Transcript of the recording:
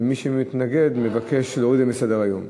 ומי שמתנגד מבקש להוריד את זה מסדר-היום.